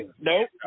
Nope